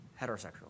heterosexual